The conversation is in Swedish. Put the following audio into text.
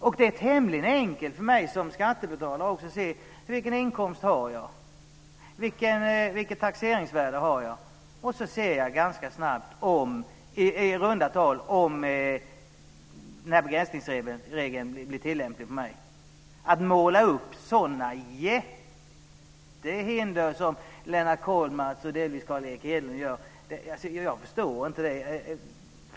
Och det är tämligen enkelt för mig som skattebetalare att också se vilken inkomst jag har och vilket taxeringsvärde jag har. Sedan ser jag ganska snabbt när begränsningsregeln blir tillämplig på mig. Att måla upp sådana jättehinder som Lennart Kollmats och delvis Carl Erik Hedlund gör förstår jag inte.